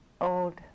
old